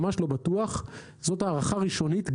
ממש לא בטוח, זאת הערכה ראשונית.